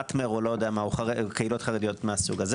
של קהילות חרדיות כמו סאטמר.